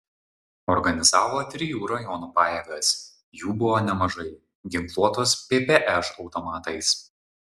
organizavo trijų rajonų pajėgas jų buvo nemažai ginkluotos ppš automatais